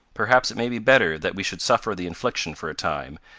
perhaps it may be better that we should suffer the infliction for a time,